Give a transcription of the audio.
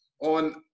on